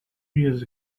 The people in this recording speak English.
years